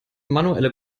manuelle